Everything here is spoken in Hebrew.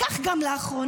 כך גם לאחרונה,